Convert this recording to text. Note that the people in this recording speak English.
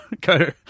go